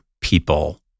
people